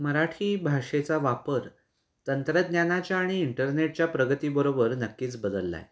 मराठी भाषेचा वापर तंत्रज्ञानाच्या आणि इंटरनेटच्या प्रगतीबरोबर नक्कीच बदलला आहे